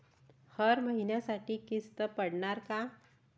हर महिन्यासाठी किस्त पडनार का?